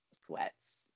sweats